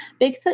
Bigfoot